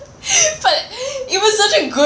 but it was such a good